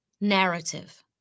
narrative